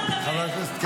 חברת הכנסת קטי.